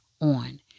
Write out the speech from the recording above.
on